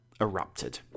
erupted